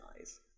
eyes